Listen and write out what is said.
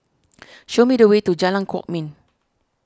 show me the way to Jalan Kwok Min